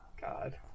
god